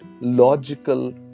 logical